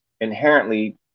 inherently